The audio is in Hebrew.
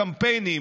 הקמפיינים.